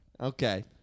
Okay